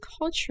culture